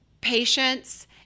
patience